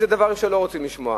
אלה דברים שלא רוצים לשמוע.